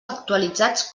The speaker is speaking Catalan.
actualitzats